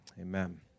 amen